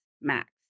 Max